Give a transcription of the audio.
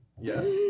Yes